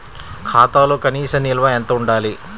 ఖాతాలో కనీస నిల్వ ఎంత ఉండాలి?